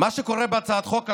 קורה בהצעת החוק הזו,